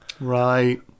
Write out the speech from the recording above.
Right